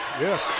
yes